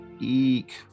Eek